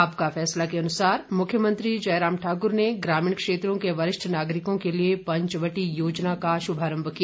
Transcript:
आपका फैसला के अनुसार मुख्यमंत्री जयराम ठाकुर ने ग्रामीण क्षेत्रों के वरिष्ठ नागरिकों के लिए पंचवटी योजना का शुभारंभ किया